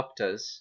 UPTAs